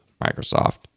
Microsoft